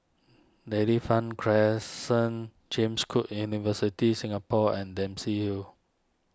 Dairy Farm Crescent James Cook University Singapore and Dempsey Hill